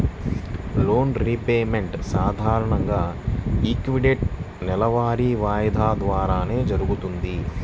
loan repayment సాధారణంగా equated నెలవారీ వాయిదాల ద్వారానే జరుగుతది